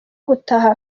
gutaha